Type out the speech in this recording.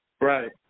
Right